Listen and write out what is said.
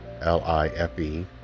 L-I-F-E